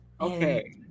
Okay